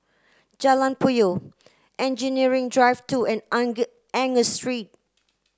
Jalan Puyoh Engineering Drive two and Angus Street